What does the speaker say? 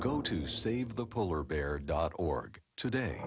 go to save the polar bear dot org today